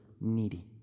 needy